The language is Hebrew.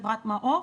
חברת מעוף,